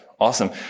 Awesome